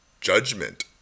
judgment